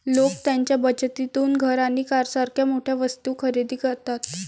लोक त्यांच्या बचतीतून घर आणि कारसारख्या मोठ्या वस्तू खरेदी करतात